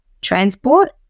Transport